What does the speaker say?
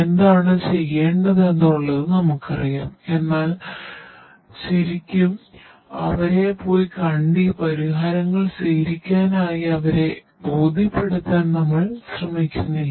എന്താണ് ചെയ്യേണ്ടതെന്നുള്ളത് നമുക്കറിയാം എന്നാൽ ശരിക്കും അവരെ പോയി കണ്ട് ഈ പരിഹാരങ്ങൾ സ്വീകരിക്കാനായി അവരെ ബോധ്യപ്പെടുത്താൻ നമ്മൾ ശ്രമിക്കുന്നില്ല